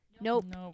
Nope